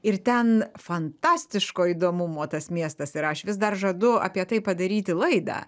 ir ten fantastiško įdomumo tas miestas ir aš vis dar žadu apie tai padaryti laidą